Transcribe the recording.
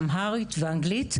אמהרית ואנגלית,